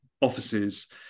offices